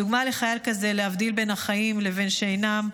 דוגמה לחייל כזה, להבדיל בין החיים לבין שאינם,